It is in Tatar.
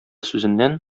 сүзеннән